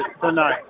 tonight